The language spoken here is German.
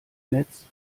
netz